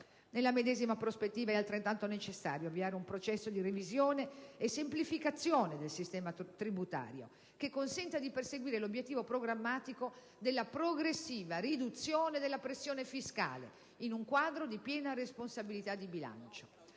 Nella medesima prospettiva, è altrettanto necessario avviare un processo di revisione e semplificazione del sistema tributario, che consenta di perseguire l'obiettivo programmatico della progressiva riduzione della pressione fiscale, in un quadro di piena responsabilità di bilancio.